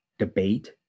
debate